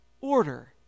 Order